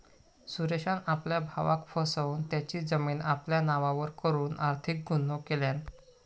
सुरेशान आपल्या भावाक फसवन तेची जमीन आपल्या नावार करून आर्थिक गुन्हो केल्यान